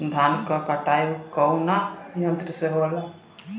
धान क कटाई कउना यंत्र से हो?